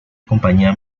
campaña